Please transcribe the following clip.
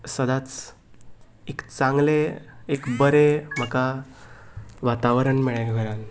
सदांच एक चांगले एक बरें म्हाका वातावरण मेळ्ळें घरान